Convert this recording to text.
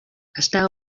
està